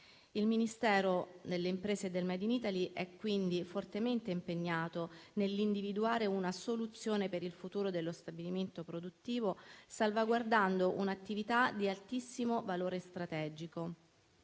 Il Ministero delle imprese e del *made in Italy* è quindi fortemente impegnato nell'individuare una soluzione per il futuro dello stabilimento produttivo, salvaguardando un'attività di altissimo valore strategico.